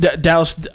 Dallas